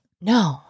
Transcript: No